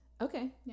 Okay